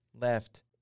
left